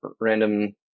random